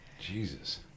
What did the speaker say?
jesus